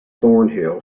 thornhill